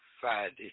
Friday